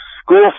school